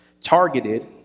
targeted